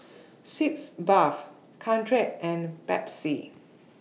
Sitz Bath Caltrate and Pansy